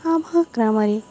ଆମ ଗ୍ରାମରେ